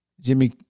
Jimmy